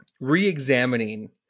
re-examining